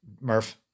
Murph